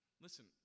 Listen